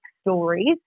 stories